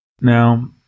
Now